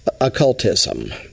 occultism